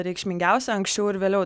reikšmingiausia anksčiau ar vėliau